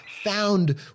found